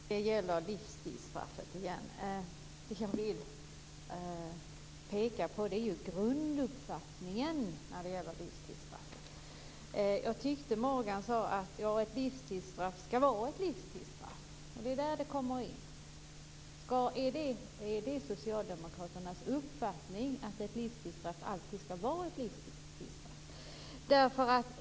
Fru talman! Det gäller frågan om livstidsstraffet igen. Vi kan peka på grunduppfattningen om livstidsstraffet. Jag tyckte Morgan Johansson sade att ett livstidsstraff skall vara ett livstidsstraff. Är det socialdemokraternas uppfattning att ett livstidsstraff alltid skall vara ett livstidsstraff?